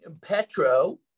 Petro